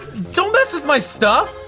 don't mess with my stuff!